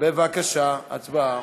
בבקשה, הצבעה.